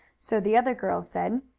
so the other girls said.